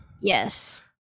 Yes